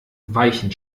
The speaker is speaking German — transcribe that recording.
weichen